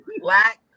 black